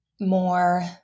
more